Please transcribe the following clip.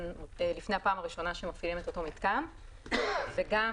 לפני הפעם הראשונה שמפעילים את אותו המיתקן וגם